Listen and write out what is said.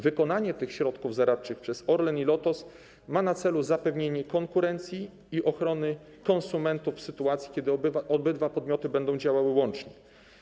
Wykonanie tych środków zaradczych przez Orlen i Lotos ma na celu zapewnienie konkurencji i ochrony konsumentów w sytuacji, kiedy obydwa podmioty będą działały łącznie.